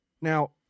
Now